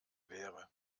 wäre